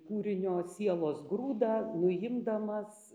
kūrinio sielos grūdą nuimdamas